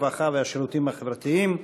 הרווחה והשירותים החברתיים.